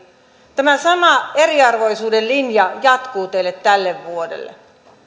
tämä sama eriarvoisuuden linja jatkuu teillä tälle vuodelle